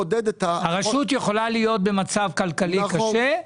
הרשות יכולה להיות במצב כלכלי קשה.